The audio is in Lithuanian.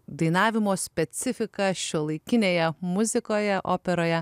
dainavimo specifiką šiuolaikinėje muzikoje operoje